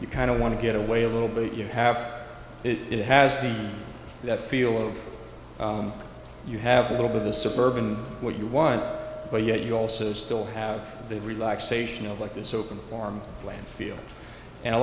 you kind of want to get away a little bit you have it it has to be that feeling of you have a little bit the suburban what you want but yet you also still have the relaxation of like this open form playing field and i